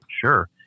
sure